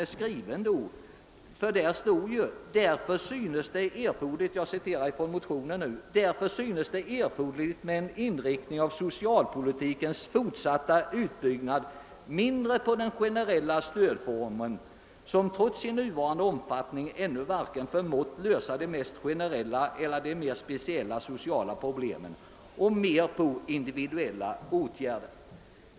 I motionen II: 431 heter det, att det synes erforderligt med en inriktning av socialpolitikens fortsatta utbyggnad mindre på den generella stödformen, som trots sin nuvarande omfattning ännu varken förmår lösa de mest generella eller de mer speciella problemen, och mer på individuellia åtgärder.